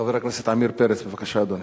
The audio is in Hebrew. חבר הכנסת עמיר פרץ, בבקשה, אדוני.